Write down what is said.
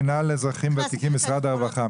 מנהל לאזרחים ותיקים במשרד הרווחה.